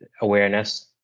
awareness